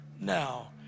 now